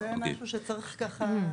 צריך ככה,